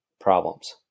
problems